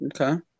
okay